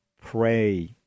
Pray